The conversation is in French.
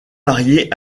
mariée